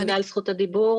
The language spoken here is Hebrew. תודה על זכות הדיבור.